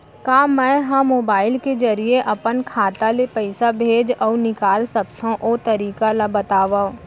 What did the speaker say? का मै ह मोबाइल के जरिए अपन खाता ले पइसा भेज अऊ निकाल सकथों, ओ तरीका ला बतावव?